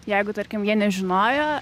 jeigu tarkim jie nežinojo